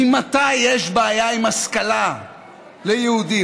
ממתי יש בעיה עם השכלה ליהודים?